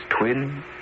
twin